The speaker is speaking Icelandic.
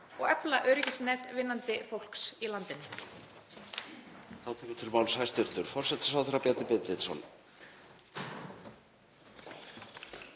og efla öryggisnet vinnandi fólks í landinu?